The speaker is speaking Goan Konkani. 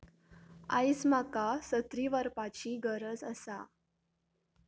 आयज म्हाका सत्री व्हरपाची गरज आसा